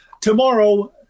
Tomorrow